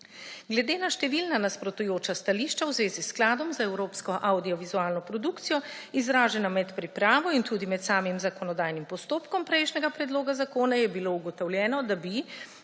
Glede na številna nasprotujoča si stališča v zvezi s skladom za evropsko avdiovizualno produkcijo, izražena med pripravo in tudi med samim zakonodajnim postopkom prejšnjega predloga zakona, je bilo ugotovljeno, da bi